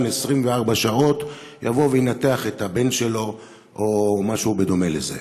24 שעות יבוא וינתח את הבן שלו או משהו בדומה לזה.